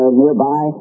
nearby